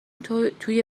توی